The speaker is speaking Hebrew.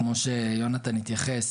כמו שיונתן התייחס,